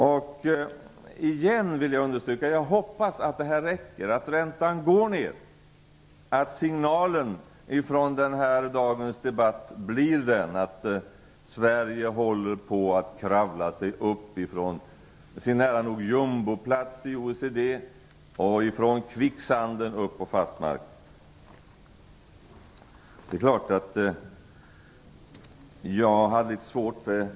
Återigen vill jag understryka: Jag hoppas att det här räcker, att räntan går ned och att signalen från denna dags debatt blir att Sverige håller på att kravla sig upp i det närmaste från en jumboplats i OECD, från kvicksanden upp på fast mark.